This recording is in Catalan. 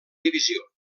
divisió